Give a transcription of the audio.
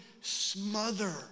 smother